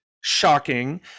shocking